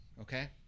okay